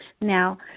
Now